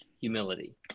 humility